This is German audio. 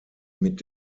mit